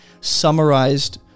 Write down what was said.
summarized